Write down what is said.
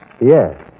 Yes